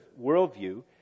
worldview